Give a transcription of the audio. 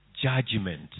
judgment